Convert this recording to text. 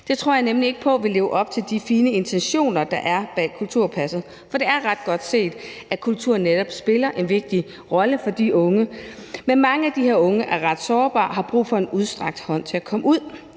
Det tror jeg nemlig ikke på vil leve op til de fine intentioner, der er bag kulturpasset. For det er ret godt set, at kultur netop spiller en vigtig rolle for de unge. Men mange af de her unge er ret sårbare og har brug for en udstrakt hånd til at komme ud